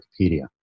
wikipedia